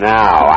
now